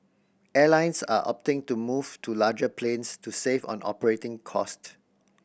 airlines are opting to move to larger planes to save on operating cost